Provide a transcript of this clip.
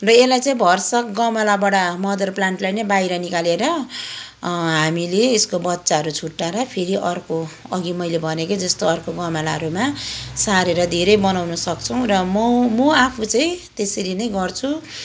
र यसलाई चाहिँ भरसक गमलाबाट मदर प्लान्टलाई नै बाहिर निकालेर हामीले यसको बच्चाहरू छुट्टाएर फेरि अर्को अघि मैले भनेकै जस्तो अर्को गमलाहरूमा सारेर धेरै बनाउनु सक्छौँ र म म आफू चाहिँ त्यसरी नै गर्छु